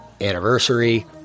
anniversary